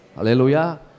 Hallelujah